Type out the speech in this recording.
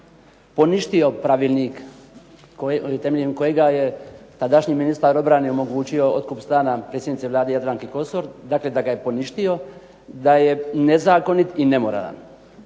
poništio Pravilnik temeljem kojega je tadašnji ministar obrane omogućio otkup stana predsjednici Vlade Jadranki Kosor, dakle da ga je poništio, da je nezakonit i nemoralan.